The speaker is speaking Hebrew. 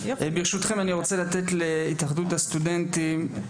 ברשותכם אני רוצה לתת להתאחדות הסטודנטים,